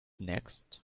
next